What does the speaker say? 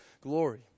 glory